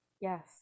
Yes